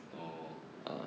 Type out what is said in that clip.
orh